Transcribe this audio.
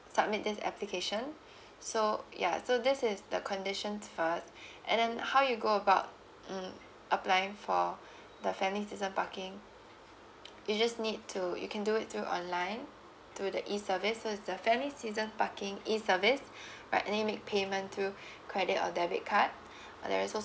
submit this application so ya so this is the conditions for us and then how you go about um applying for the family season parking you just need to you can do it through online through the e service the family season parking e service right and then make payment through credit or debit card and there is al~